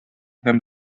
һәм